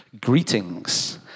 greetings